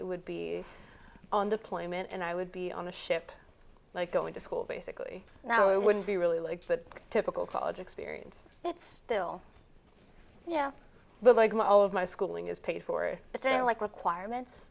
it would be on deployment and i would be on a ship like going to school basically now it would be really like that typical college experience it's still yeah but like most of my schooling is paid for but unlike requirements